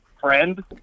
friend